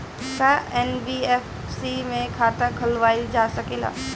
का एन.बी.एफ.सी में खाता खोलवाईल जा सकेला?